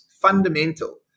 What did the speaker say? fundamental